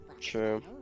True